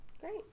Great